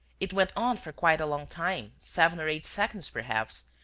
it went on for quite a long time, seven or eight seconds, perhaps,